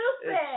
stupid